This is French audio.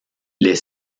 les